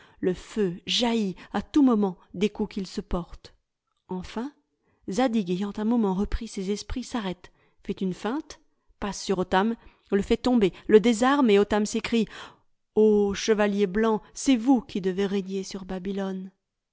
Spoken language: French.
le feu jaillit à tout moment des coups qu'ils se portent enfin zadig ayant un moment repris ses esprits s'arrête fait une feinte passe sur otame le fait tomber le désarme et otame s'écrie o chevalier blanc c'est vous qui devez régner sur babylone